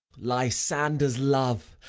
lysander's love,